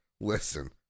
Listen